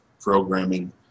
programming